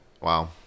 Wow